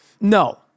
No